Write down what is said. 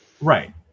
Right